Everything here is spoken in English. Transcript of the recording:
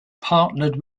partnered